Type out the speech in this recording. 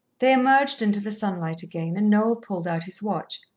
they emerged into the sunlight again, and noel pulled out his watch.